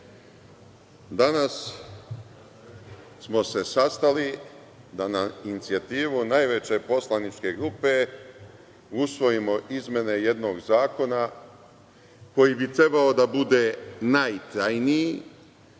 danas smo se sastali da na inicijativu najveće poslaničke grupe usvojimo izmene jednog zakona koji bi trebalo da bude najtrajniji,